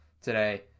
today